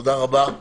תודה רבה,